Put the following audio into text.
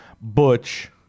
Butch